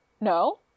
No